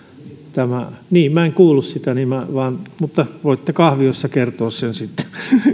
niin minä en kuullut sitä mutta voitte kahviossa kertoa sen sitten